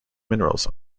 minerals